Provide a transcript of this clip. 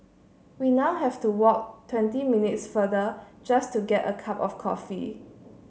we now have to walk twenty minutes farther just to get a cup of coffee